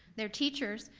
their teachers,